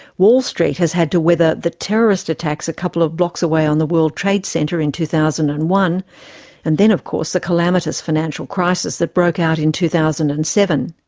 wall street has had to weather the terrorist attacks a couple of blocks away on the world trade center in two thousand and one and then of course the calamitous financial crisis that broke out in two thousand and seven.